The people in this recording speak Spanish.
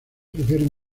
prefieren